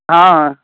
हँ हँ